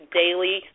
daily